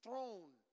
Throne